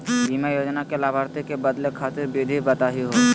बीमा योजना के लाभार्थी क बदले खातिर विधि बताही हो?